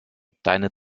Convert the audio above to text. deine